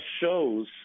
shows